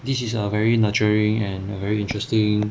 this is a very nurturing and a very interesting